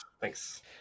Thanks